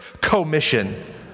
commission